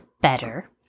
Better